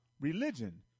religion